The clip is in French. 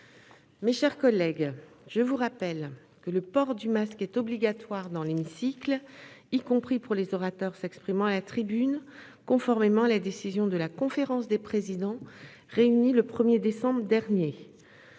Mes chers collègues, je vous rappelle que le port du masque est obligatoire dans l'hémicycle, y compris pour les orateurs s'exprimant à la tribune, conformément à la décision de la conférence des présidents réunie le 1 décembre dernier.